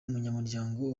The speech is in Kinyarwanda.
umunyamuryango